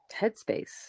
headspace